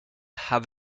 have